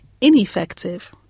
ineffective